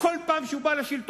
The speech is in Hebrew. כל פעם שהוא בא לשלטון,